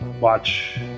watch